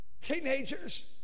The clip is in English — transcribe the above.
Teenagers